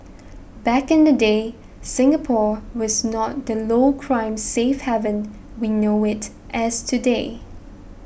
back in the day Singapore was not the low crime safe haven we know it as today